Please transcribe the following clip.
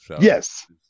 yes